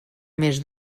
més